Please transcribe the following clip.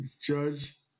judge